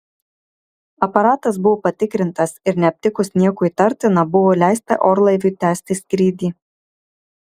aparatas buvo patikrintas ir neaptikus nieko įtartina buvo leista orlaiviui tęsti skrydį